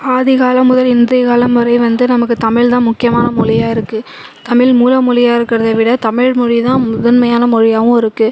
ஆதிகாலம் முதல் இன்றையக்காலம் வரை வந்து நமக்கு தமிழ்தான் முக்கியமான மொழியா இருக்கு தமிழ் மூல மொழியா இருக்குறதைவிட தமிழ்மொழிதான் முதன்மையான மொழியாகவும் இருக்கு